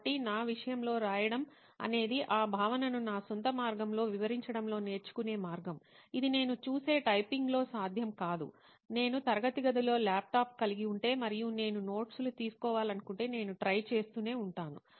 కాబట్టి నా విషయంలో రాయడం అనేది ఆ భావనను నా సొంత మార్గంలో వివరించడంలో నేర్చుకునే మార్గం ఇది నేను చూసే టైపింగ్లో సాధ్యం కాదు నేను తరగతి గదిలో ల్యాప్టాప్ కలిగి ఉంటే మరియు నేను నోట్స్ లు తీసుకోవాలనుకుంటే నేను ట్రై చేస్తూనే ఉంటాను